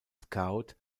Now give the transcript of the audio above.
scout